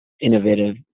innovative